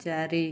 ଚାରି